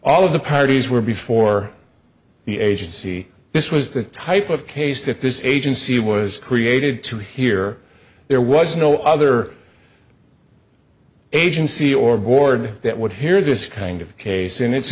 all of the parties were before the agency this was the type of case that this agency was created to here there was no other agency or board that would hear this kind of case in it